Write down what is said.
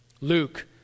Luke